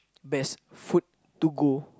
best food to go